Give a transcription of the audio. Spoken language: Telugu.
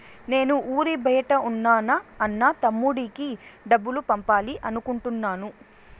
నేను ఊరి బయట ఉన్న నా అన్న, తమ్ముడికి డబ్బులు పంపాలి అనుకుంటున్నాను